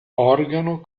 organo